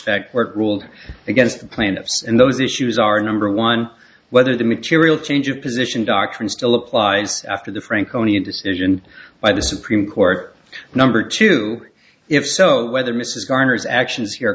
that work ruled against the plaintiffs and those issues are number one whether the material change of position doctrine still applies after the franconian decision by the supreme court number two if so whether mrs garners actions here